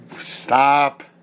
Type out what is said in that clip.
stop